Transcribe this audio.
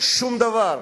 שום דבר.